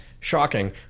shocking